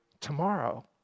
tomorrow